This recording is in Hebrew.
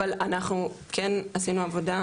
אבל אנחנו כן עשינו עבודה,